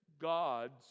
god's